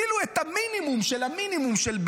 כאילו את המינימום של המינימום של,